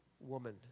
woman